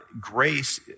grace